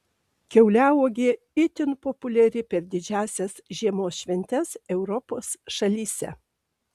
kiauliauogė itin populiari per didžiąsias žiemos šventes europos šalyse